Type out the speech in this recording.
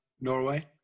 Norway